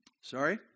Sorry